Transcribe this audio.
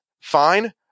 fine